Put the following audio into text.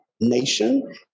nation